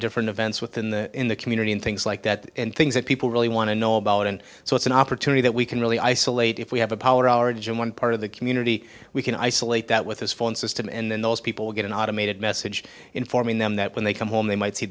different events within the in the community and things like that and things that people really want to know about and so it's an opportunity that we can really isolate if we have a power outage in one part of the community we can isolate that with his phone system and then those people get an automated message informing them that when they come home they might see